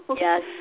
Yes